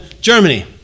germany